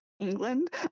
England